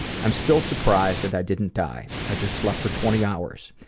i'm still surprised that i didn't die, i just slept for twenty hours.